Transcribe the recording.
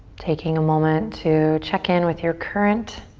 taking a moment to check in with your current